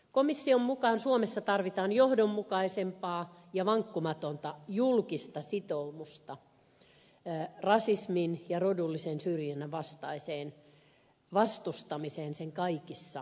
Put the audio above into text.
komission mukaan suomessa tarvitaan johdonmukaisempaa ja vankkumatonta julkista sitoumusta rasismin ja rodullisen syrjinnän vastustamiseen sen kaikissa muodoissa